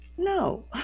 No